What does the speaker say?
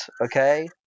Okay